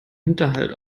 hinterhalt